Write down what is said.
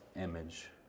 image